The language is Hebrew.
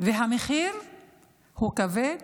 הוא כבד,